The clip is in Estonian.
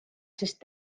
sest